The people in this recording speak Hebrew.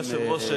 אדוני היושב-ראש,